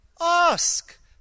ask